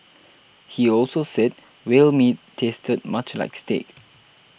he also said whale meat tasted much like steak